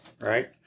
right